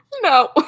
No